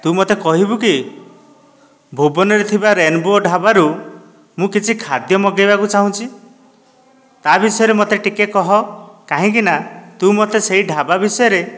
ତୁ ମତେ କହିବୁ କି ଭୁବନରେ ଥିବା ରେନବୋ ଢାବା ରୁ ମୁ କିଛି ଖାଦ୍ୟ ମଗେଇବାକୁ ଚାହୁଁଚି ତା ବିଷୟରେ ମତେ ଟିକେ କହ କାହିଁକି ନା ତୁ ମତେ ସେଇ ଢାବା ବିଷୟରେ